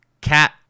cat